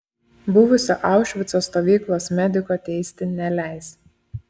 buvusio aušvico stovyklos mediko teisti neleis